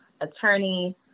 attorney